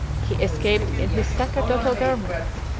he escaped in his sacerdotal garments.